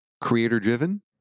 Creator-driven